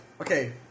Okay